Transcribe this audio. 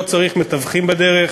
לא צריך מתווכים בדרך.